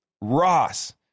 Ross